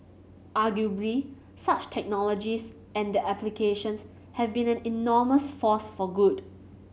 arguably such technologies and their applications have been an enormous force for good